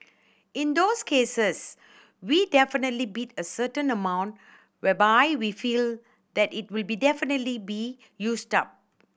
in those cases we definitely bid a certain amount whereby we feel that it will be definitely be used up